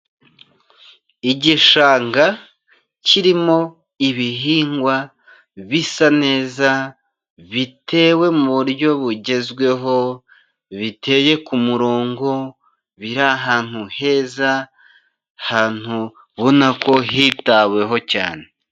Igishanga kirimo ibihingwa bisa neza bitewe mu buryo bugezweho, biteye ku murongo biri ahantu heza ahantu ubona ko hitaweho cyane.